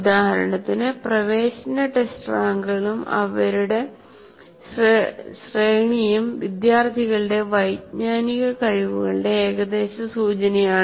ഉദാഹരണത്തിന് പ്രവേശന ടെസ്റ്റ് റാങ്കുകളും അവയുടെ ശ്രേണിയും വിദ്യാർത്ഥികളുടെ വൈജ്ഞാനിക കഴിവുകളുടെ ഏകദേശ സൂചനയാണ്